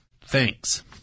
Thanks